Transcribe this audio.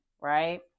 right